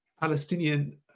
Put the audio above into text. Palestinian